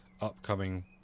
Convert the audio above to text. upcoming